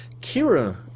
Kira